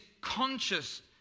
conscious